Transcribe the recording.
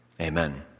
Amen